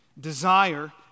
Desire